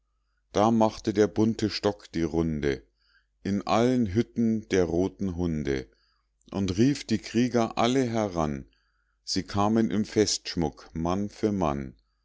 da machte der bunte stock die runde in allen hütten der roten hunde und rief die krieger alle heran sie kamen im festschmuck mann für mann